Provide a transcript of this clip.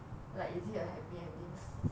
like is it a happy ending s~ sad